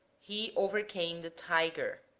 he overcame the tiger.